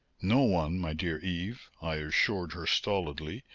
no one, my dear eve, i assured her stolidly,